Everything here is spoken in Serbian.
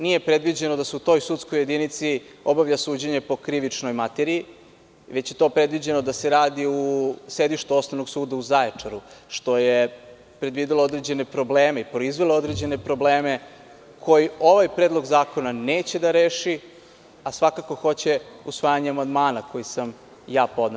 Nije predviđeno da se u toj sudskoj jedinici obavlja suđenje po krivičnoj materiji, već je to predviđeno da se radi u sedištu Osnovnog suda u Zaječaru, što je predvidelo određene probleme i proizvelo određene probleme koji ovaj predlog zakona neće da reši, a svakako hoće usvajanje amandmana koji sam ja podneo.